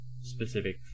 specific